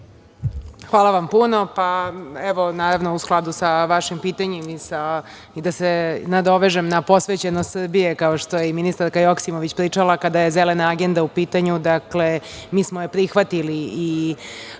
Hvala vam puno. Naravno u skladu sa vašim pitanjem i da se nadovežem na posvećenost Srbije, kao što je i ministarka Joksimović pričala, kada je zelena agenda u pitanju – mi smo je prihvatili i